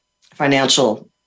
financial